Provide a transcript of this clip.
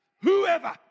whoever